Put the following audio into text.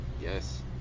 Yes